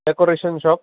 decoration shop